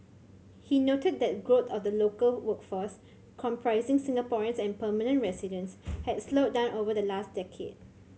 he noted that growth of the local workforce comprising Singaporeans and permanent residents had slowed down over the last decade